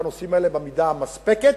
בנושאים האלה במידה מספקת,